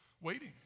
waiting